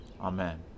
Amen